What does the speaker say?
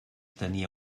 tenia